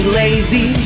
lazy